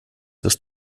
wirst